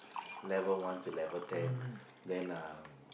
level one to level ten then lah